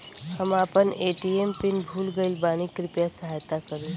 हम आपन ATM pin भूल गईल बानी कृपया सहायता करी